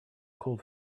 cold